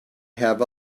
have